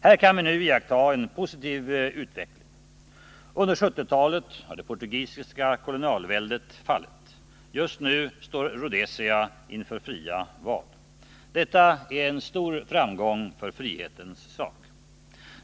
Här kan vi nu iaktta en positiv utveckling. Under 1970-talet har det portugisiska kolonialväldet fallit. Just nu står Rhodesia inför fria val. Detta är en stor framgång för frihetens sak.